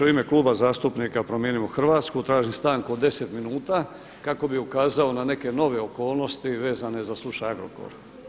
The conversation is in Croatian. U ime Kluba zastupnika Promijenimo Hrvatsku tražim stanku od deset minuta kako bi ukazao na neke nove okolnosti vezane za slučaj Agrokor.